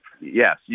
Yes